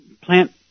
plant